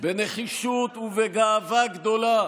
בנחישות ובגאווה גדולה